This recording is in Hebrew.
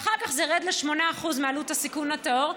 ואחר כך זה ירד ל-8% מעלות הסיכון הטהור.